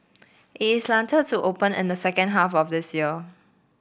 it is slated to open and the second half of this year